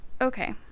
okay